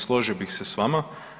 Složio bih se sa vama.